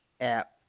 app